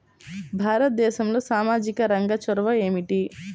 భారతదేశంలో సామాజిక రంగ చొరవ ఏమిటి?